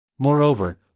Moreover